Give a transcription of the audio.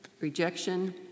rejection